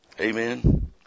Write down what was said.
Amen